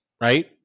right